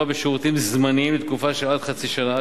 בשירותים זמניים לתקופה של עד חצי שנה,